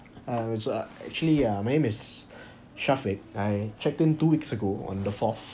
I was so uh actually um my name is Syafiq I checked in two weeks ago on the fourth